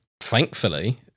thankfully